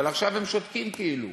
אבל עכשיו הם שותקים, כאילו.